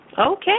Okay